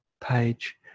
page